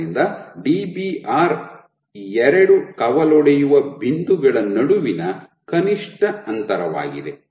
ಆದ್ದರಿಂದ ಡಿಬಿಆರ್ ಎರಡು ಕವಲೊಡೆಯುವ ಬಿಂದುಗಳ ನಡುವಿನ ಕನಿಷ್ಠ ಅಂತರವಾಗಿದೆ